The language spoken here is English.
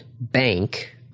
bank